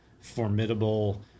formidable